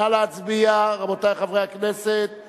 נא להצביע, רבותי חברי הכנסת.